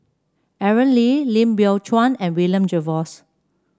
Aaron Lee Lim Biow Chuan and William Jervois